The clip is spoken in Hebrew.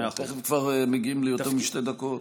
אנחנו תכף כבר מגיעים ליותר משתי דקות.